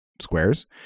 squares